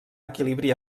equilibri